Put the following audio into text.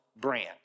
brand